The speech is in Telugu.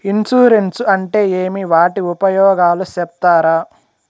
ఇన్సూరెన్సు అంటే ఏమి? వాటి ఉపయోగాలు సెప్తారా?